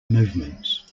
movements